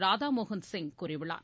ராதாமோகன் சிங் கூறியுள்ளார்